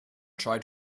try